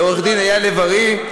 לעורך-הדין אייל לב-ארי,